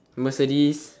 Mercedes